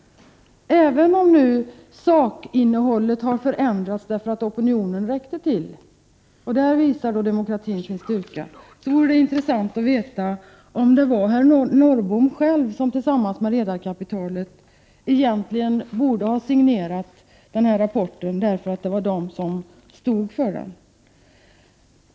Även om nu sakinnehållet har ändrats därför att opinionen växt — där visar demokratin sin styrka — vore det intressant att få veta om det egentligen är herr Norrbom själv som tillsammans med redarkapitalet står för rapporten och därför borde ha signerat den.